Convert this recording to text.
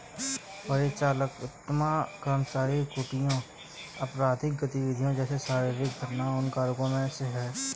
परिचालनात्मक कर्मचारी त्रुटियां, आपराधिक गतिविधि जैसे शारीरिक घटनाएं उन कारकों में से है